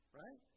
right